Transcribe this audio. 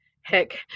Heck